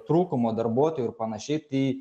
trūkumo darbuotojų ir panašiai tai